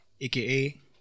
aka